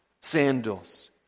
sandals